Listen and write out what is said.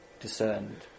discerned